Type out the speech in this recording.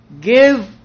Give